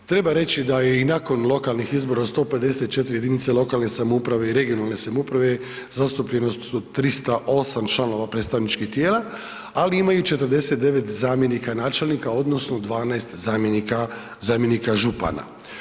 Treba reći da i nakon lokalnih izbora u 154 jedinice lokalne samouprave i regionalne samouprave zastupljenost je od 308 članova predstavničkih tijela, ali imaju i 49 zamjenika načelnika odnosno 12 zamjenika župana.